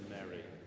Mary